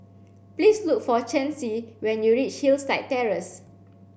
please look for Chancey when you reach Hillside Terrace